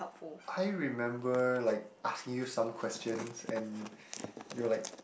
I remember like asking you some questions and you were like